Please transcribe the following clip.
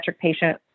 patient